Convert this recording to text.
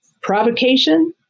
provocation